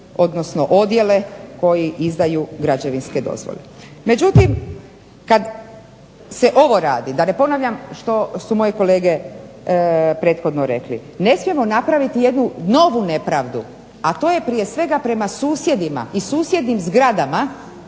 odnosno odjele koji izdaju građevinske dozvole. Međutim, kad se ovo radi, da ne ponavljam što su moje kolege prethodno rekli, ne smijemo napraviti jednu novu nepravdu, a to je prije svega prema susjedima i susjednim zgradama